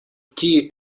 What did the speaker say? tea